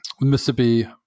mississippi